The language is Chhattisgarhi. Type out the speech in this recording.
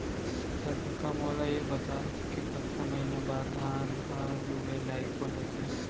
त कका मोला ये बता कि कतका महिना बाद धान ह लुए लाइक हो जाथे?